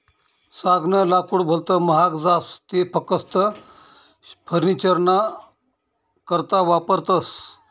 सागनं लाकूड भलत महाग जास ते फकस्त फर्निचरना करता वापरतस